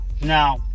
now